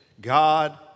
God